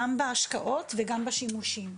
גם בהשקעות וגם בשימושים.